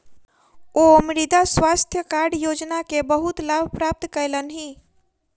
ओ मृदा स्वास्थ्य कार्ड योजना के बहुत लाभ प्राप्त कयलह्नि